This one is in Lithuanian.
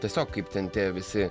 tiesiog kaip ten tie visi